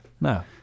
No